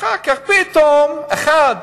אחר כך, פתאום אחד,